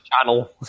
channel